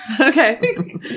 Okay